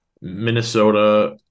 Minnesota